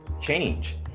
change